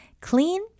clean